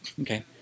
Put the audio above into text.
Okay